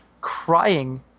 crying